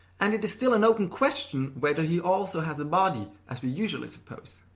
and it is still an open question whether he also has a body, as we usually suppose.